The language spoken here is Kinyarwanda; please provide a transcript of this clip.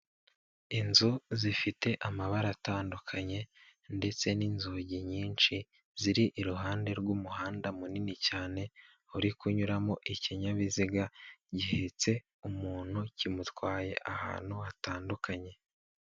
Inzu zifite amabara atandukanye ndetse n'inzugi nyinshi, ziri iruhande rw'umuhanda munini cyane uri kunyuramo ikinyabiziga gihetse umuntu, kimutwaye ahantu hatandukanye.